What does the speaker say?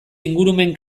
ingurumen